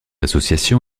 association